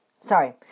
Sorry